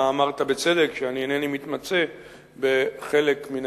אתה אמרת בצדק שאני אינני מתמצא בחלק מן